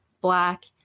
black